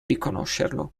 riconoscerlo